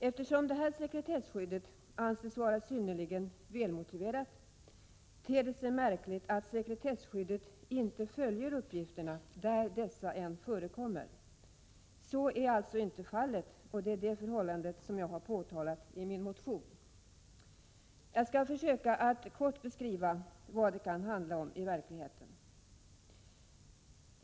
Eftersom det här sekretesskyddet anses vara synnerligen välmotiverat, ter det sig märkligt att sekretesskyddet inte följer uppgifterna där dessa än förekommer. Så är alltså inte fallet, och det är det förhållandet som jag har påtalat i min motion. Jag skall försöka att kort beskriva vad det kan handla om i verkligheten.